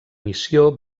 missió